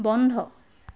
বন্ধ